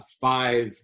five